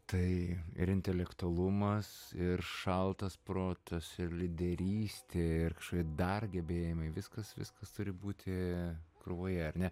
tai ir intelektualumas ir šaltas protas ir lyderystė ir kažkokie dar gebėjimai viskas viskas turi būti krūvoje ar ne